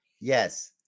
Yes